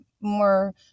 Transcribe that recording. more